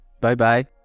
Bye-bye